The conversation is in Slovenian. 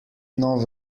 novo